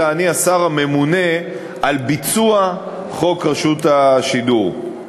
אלא אני השר הממונה על ביצוע חוק רשות השידור.